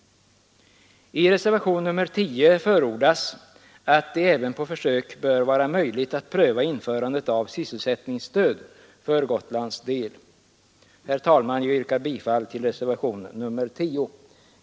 I reservationen 10 förordas att det även på försök bör vara möjligt att pröva införande av sysselsättningsstöd för Gotlands del. Herr talman! Jag yrkar bifall till reservationen 10.